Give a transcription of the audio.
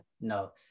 No